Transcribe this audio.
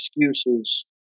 excuses